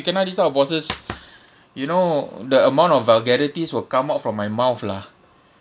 kena this type of bosses you know the amount of vulgarities will come out from my mouth lah